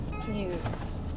please